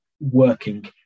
working